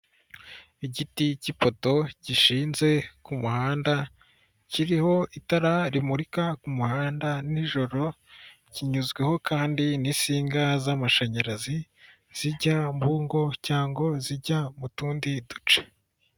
Igiti cy'ipoto gishinze ku muhanda kiriho itara rimurika kumuhanda n'ijoro, kinyuzweho kandi n'insinga z'amashanyarazi zijya mu ngo cyangwa zijya mu tundi duce.